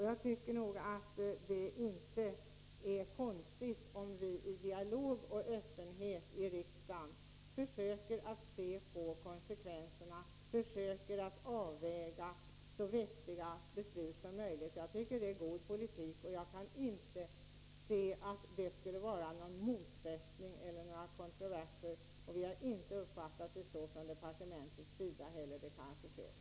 Jag tycker nog att det inte är konstigt att vi i dialog och öppenhet i riksdagen försöker se på konsekvenserna, försöker avväga så vettiga beslut som möjligt. Jag tycker det är god politik, och jag kan inte se att det skulle finnas någon motsättning eller några kontroverser. Vi har inte heller uppfattat det så från departementets sida — det kan jag försäkra.